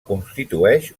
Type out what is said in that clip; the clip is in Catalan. constitueix